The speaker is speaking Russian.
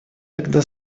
тогда